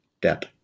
debt